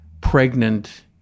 pregnant